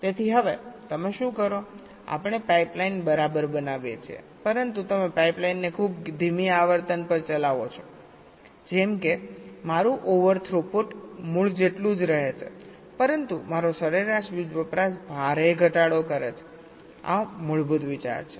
તેથી હવે તમે શું કરો આપણે પાઇપલાઇન બરાબર બનાવીએ છીએ પરંતુ તમે પાઇપલાઇન ને ખૂબ ધીમી આવર્તન પર ચલાવો છો જેમ કે મારું ઓવર થ્રુપુટ મૂળ જેટલું જ રહે છે પરંતુ મારો સરેરાશ વીજ વપરાશ ભારે ઘટાડો કરે છે આ મૂળભૂત વિચાર છે